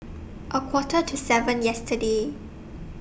A Quarter to seven yesterday